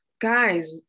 guys